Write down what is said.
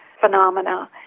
phenomena